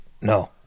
No